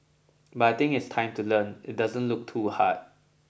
but I think it's time to learn it doesn't look too hard